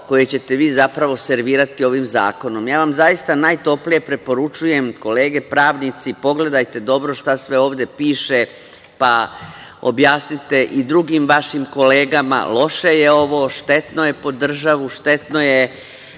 koje ćete vi zapravo servirati ovim zakonom. Ja vam zaista najtoplije preporučujem, kolege pravnici, pogledajte dobro šta sve ovde piše, pa objasnite i drugim vašim kolegama. Loše je ovo, štetno je po državu, štetno je